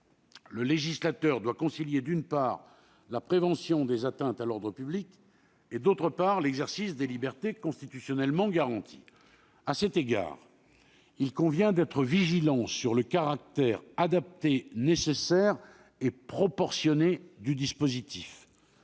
le législateur doit concilier, d'une part, la prévention des atteintes à l'ordre public, d'autre part, l'exercice des libertés constitutionnellement garanties. À cet égard, il convient d'être vigilant sur le caractère adapté, nécessaire et proportionné du dispositif.